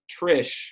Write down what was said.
trish